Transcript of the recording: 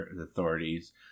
authorities